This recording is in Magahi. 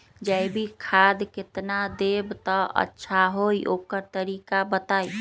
जैविक खाद केतना देब त अच्छा होइ ओकर तरीका बताई?